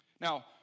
Now